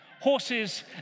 Horses